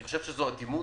אני חושב שזה אטימות.